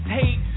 hate